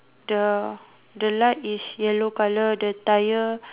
the the light is yellow colour the tyre